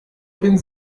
bin